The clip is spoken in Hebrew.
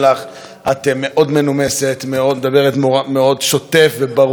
את מאוד מנומסת, מדברת מאוד שוטף וברור ונחרץ.